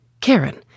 Karen